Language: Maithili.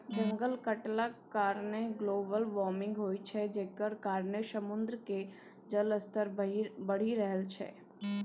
जंगल कटलाक कारणेँ ग्लोबल बार्मिंग होइ छै जकर कारणेँ समुद्र केर जलस्तर बढ़ि रहल छै